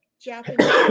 Japanese